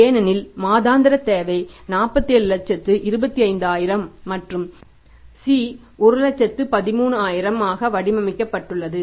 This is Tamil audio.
ஏனெனில் மாதாந்திர தேவை 4725000 மற்றும் C113000 ஆக வடிவமைக்கப்பட்டுள்ளது